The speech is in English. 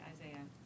Isaiah